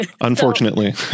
Unfortunately